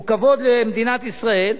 הוא כבוד למדינת ישראל.